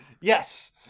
Yes